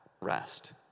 rest